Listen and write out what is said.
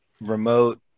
remote